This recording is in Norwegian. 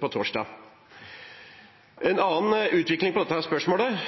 på torsdag. En annen vinkling på spørsmålet